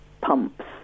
pumps